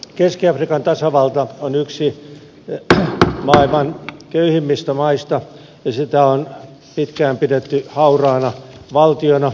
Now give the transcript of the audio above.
keski afrikan tasavalta on yksi maailman köyhimmistä maista ja sitä on pitkään pidetty hauraana valtiona